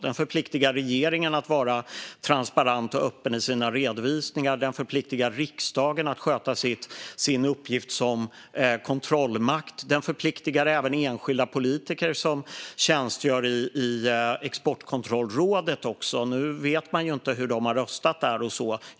Den förpliktar regeringen att vara transparent och öppen i sina redovisningar. Den förpliktar riksdagen att sköta sin uppgift som kontrollmakt. Den förpliktar även enskilda politiker som tjänstgör i Exportkontrollrådet. Nu vet vi inte hur de har röstat där.